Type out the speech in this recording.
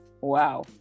Wow